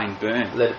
burn